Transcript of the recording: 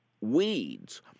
weeds